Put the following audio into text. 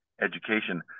education